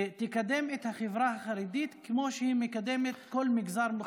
תקדם את החברה החרדית כמו שהיא מקדמת כל מגזר מוחלש במדינה.